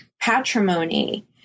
patrimony